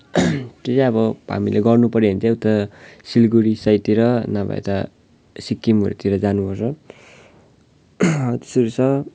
त्यो चाहिँ अब हामीले गर्नु पऱ्यो भने उता सिलगडी साइडतिर नभए यता सिक्किमहरूतिर जानु पर्छ त्यस्तोहरू छ